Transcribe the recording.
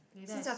later I